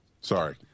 sorry